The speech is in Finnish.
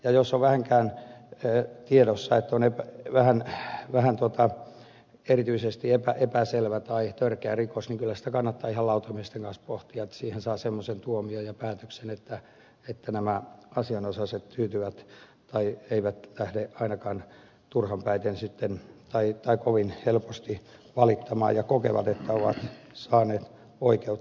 jos on vähänkään tiedossa että on erityisesti epäselvä tai törkeä rikos niin kyllä sitä kannattaa ihan lautamiesten kanssa pohtia että siihen saa semmoisen tuomion ja päätöksen että nämä asianosaiset tyytyvät tai eivät lähde ainakaan turhanpäiten tai kovin helposti valittamaan ja kokevat että ovat saaneet oikeutta